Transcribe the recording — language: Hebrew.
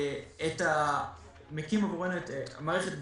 מקים עבורנו את המערכת.